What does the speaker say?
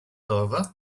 over